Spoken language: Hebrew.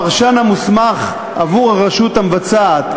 הפרשן המוסמך עבור הרשות המבצעת,